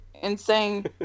insane